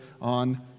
on